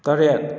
ꯇꯔꯦꯠ